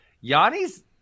Yanni's